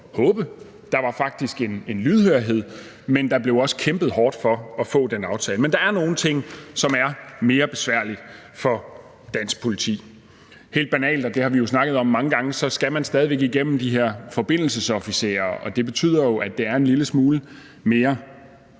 Der var faktisk en lydhørhed, men der blev også kæmpet hårdt for at få den aftale. Men der er nogle ting, som er mere besværlige for dansk politi. Helt banalt – og det har vi jo snakket om mange gange – skal man stadig væk igennem de her forbindelsesofficerer, og det betyder jo, at det er en lille smule mere